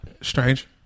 Strange